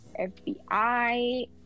FBI